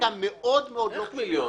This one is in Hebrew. לוגיסטיקה מאוד מאוד לא פשוטה.